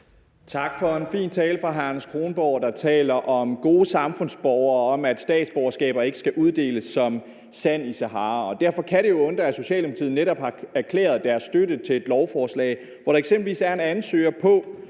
Tak for en fin tale fra hr. Anders Kronborg side, hvor han taler om gode samfundsborgere og om, at statsborgerskaber ikke skal uddeles som sand i Sahara. Derfor kan det undre, at Socialdemokratiet netop har erklæret deres støtte til et lovforslag, hvor der eksempelvis er en ansøger på,